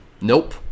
nope